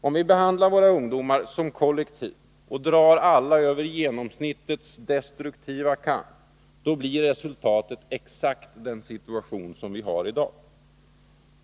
Om vi behandlar våra ungdomar som kollektiv och drar alla över genomsnittets destruktiva kam, blir resultatet exakt den situation vi har i dag.